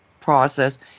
process